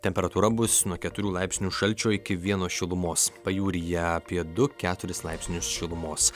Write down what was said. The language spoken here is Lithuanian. temperatūra bus nuo keturių laipsnių šalčio iki vieno šilumos pajūryje apie du keturis laipsnius šilumos